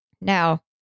Now